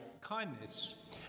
kindness